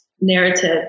Narrative